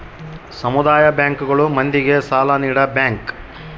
ಸಮುದಾಯ ಬ್ಯಾಂಕ್ ಗಳು ಮಂದಿಗೆ ಸಾಲ ನೀಡ ಬ್ಯಾಂಕ್